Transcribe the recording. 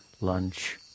lunch